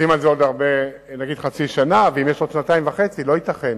ויש עוד שנתיים וחצי, אז לא ייתכן